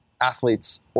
athletes